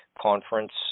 Conference